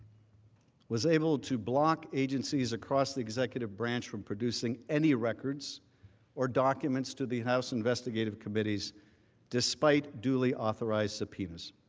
was able to block agencies across the executive branch from producing any records or documents to the house investigative committees disiet, disiet dually authorized subpoenas.